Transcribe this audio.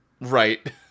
Right